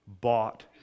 bought